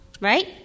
right